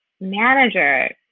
manager